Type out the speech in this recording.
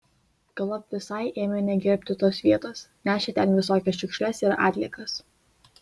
galop visai ėmė negerbti tos vietos nešė ten visokias šiukšles ir atliekas